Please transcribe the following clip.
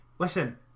Listen